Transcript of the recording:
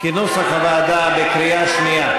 כנוסח הוועדה, בקריאה שנייה.